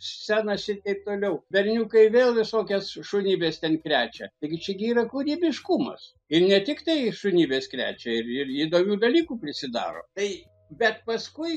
scenas ir taip toliau berniukai vėl visokias šunybes krečia taigi čia gi yra kūrybiškumas ir ne tiktai šunybes krečia ir ir įdomių dalykų prisidaro tai bet paskui